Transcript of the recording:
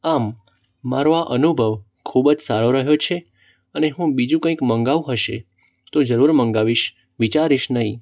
આમ મારો આ અનુભવ ખૂબ જ સારો રહ્યો છે અને હું બીજું કંઇક મગાવવું હશે તો જરૂર મગાવીશ વિચારીશ નહીં